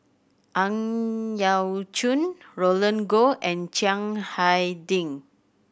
Ang Yau Choon Roland Goh and Chiang Hai Ding